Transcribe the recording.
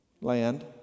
land